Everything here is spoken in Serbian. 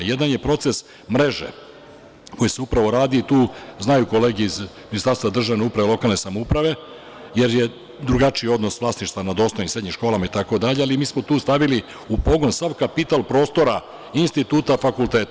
Jedan je proces mreže koji se upravo radi i tu, znaju kolege iz Ministarstva državne uprave i lokalne samouprave, jer je drugačiji odnos vlasništva nad ostalim i srednjim školama itd, ali mi smo tu stavili u pogon sav kapital prostora instituta fakulteta.